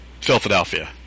Philadelphia